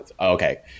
okay